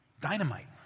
dynamite